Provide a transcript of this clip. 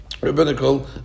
Rabbinical